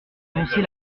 avancer